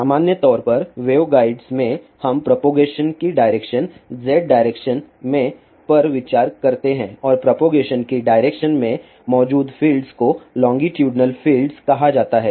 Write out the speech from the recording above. सामान्य तौर पर वेवगाइड्स में हम प्रोपगेशन की डायरेक्शन Z डायरेक्शन में पर विचार करते हैं और प्रोपगेशन की डायरेक्शन में मौजूद फ़ील्ड्स को लोंगीटुडनल फ़ील्ड्स कहा जाता है